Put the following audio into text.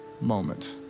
moment